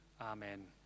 Amen